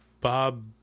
Bob